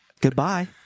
Goodbye